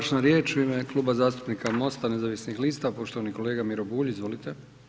Završna riječ u ime Kluba zastupnika Mosta nezavisnih lista, poštovani kolega Miro Bulj, izvolite.